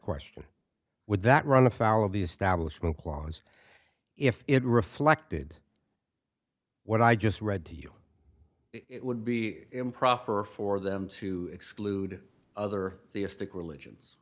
question would that run afoul of the establishment clause if it reflected what i just read to you would be improper for them to exclude other theistic religions